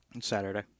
Saturday